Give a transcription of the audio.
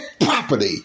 property